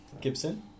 Gibson